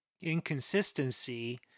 inconsistency